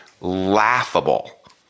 laughable